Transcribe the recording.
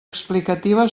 explicativa